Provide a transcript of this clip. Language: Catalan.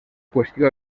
qüestió